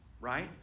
Right